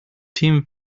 team